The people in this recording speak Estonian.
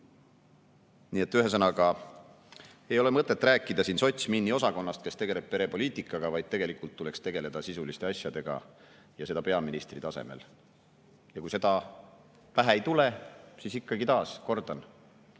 nii ole. Ühesõnaga: ei ole mõtet rääkida siin sotsminni osakonnast, kes tegeleb perepoliitikaga, vaid tegelikult tuleks tegeleda sisuliste asjadega ja seda peaministri tasemel. Kui seda pähe ei tule, siis ikkagi taas kordan: